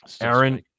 Aaron